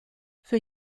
für